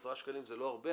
10 שקלים זה לא הרבה,